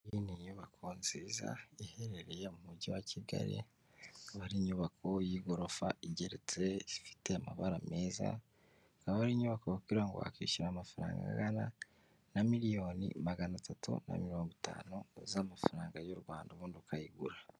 Iyi ni nyubako nziza, iherereye mu mujyi wa Kigali, ikaba ari inyubako y'igorofa igeretse, ifite amabara meza, akaba ari inyubako bakubwira ngo wakishyura amafaranga angana na miriyoni magana atatu na mirongo itanu z'amafaranga y'u Rwanda, ubundi ukayigura.